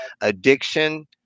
addiction